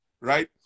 right